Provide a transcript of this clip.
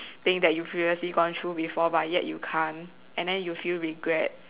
thing that you previously gone through before but yet you can't and then you feel regret